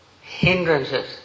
Hindrances